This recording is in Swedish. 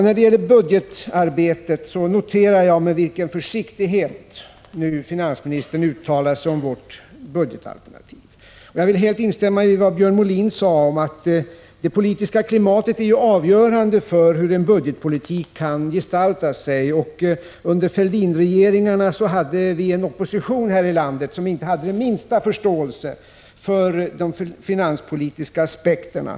När det gäller budgetarbetet noterar jag finansministerns försiktighet då han uttalar sig om vårt budgetalternativ. Jag instämmer helt i vad Björn Molin sade, nämligen att det politiska klimatet är avgörande för hur en budgetpolitik kan gestalta sig. Under Fälldinregeringarna hade vi en opposition här i landet som inte visade den minsta förståelse för de finanspolitiska aspekterna.